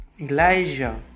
Elijah